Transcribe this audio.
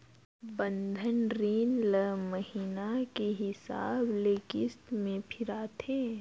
बंधन रीन ल महिना के हिसाब ले किस्त में फिराथें